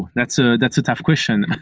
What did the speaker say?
that's ah that's a tough question.